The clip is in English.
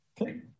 Okay